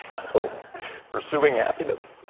so pursuing happiness.